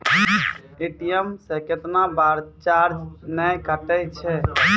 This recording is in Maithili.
ए.टी.एम से कैतना बार चार्ज नैय कटै छै?